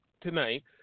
tonight